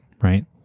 right